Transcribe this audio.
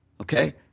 Okay